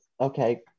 okay